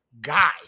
guy